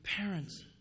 parents